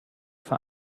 für